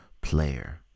player